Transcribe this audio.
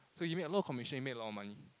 so he made a lot of commission he made a lot of money